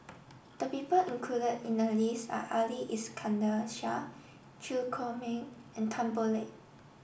the people included in the list are Ali Iskandar Shah Chew Chor Meng and Tan Boo Liat